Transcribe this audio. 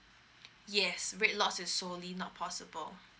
yes wait lots is solely not possible